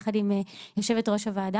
יחד עם יושבת-ראש הוועדה,